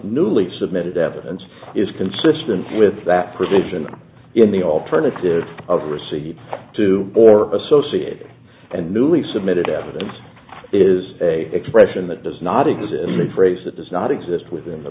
newly submitted evidence is consistent with that provision in the alternative of receipt to or associated and newly submitted evidence is a expression that does not exist in the phrase that does not exist within the